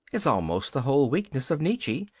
is almost the whole weakness of nietzsche,